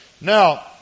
Now